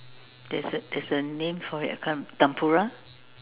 there's a there's a name for it I can't remember tempura